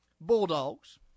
Bulldogs